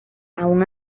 aun